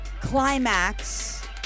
climax